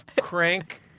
crank